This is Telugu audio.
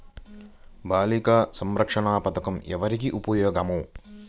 బాలిక సంరక్షణ పథకం ఎవరికి ఉపయోగము?